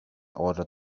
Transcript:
order